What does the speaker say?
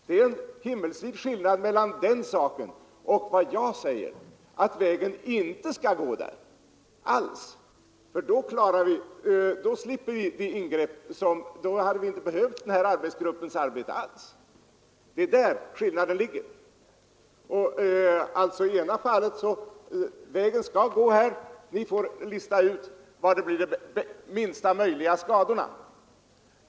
Det är en himmelsvid skillnad mellan den saken och vad jag säger, nämligen att vägen inte skall gå där alls, för då hade vi inte behövt den här arbetsgruppens arbete. I ena fallet säger man: Vägen skall gå där, och ni får lista ut var det blir de minsta möjliga skadorna.